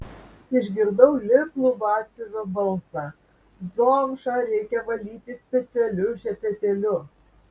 išgirdau lipnų batsiuvio balsą zomšą reikia valyti specialiu šepetėliu